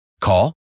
Call